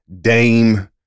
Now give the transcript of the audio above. Dame